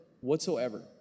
whatsoever